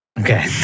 Okay